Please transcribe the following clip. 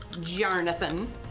Jonathan